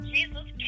Jesus